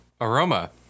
Aroma